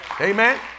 amen